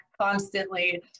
constantly